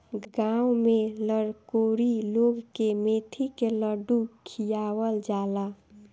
गांव में लरकोरी लोग के मेथी के लड्डू खियावल जाला